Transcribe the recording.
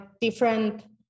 different